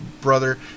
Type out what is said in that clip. brother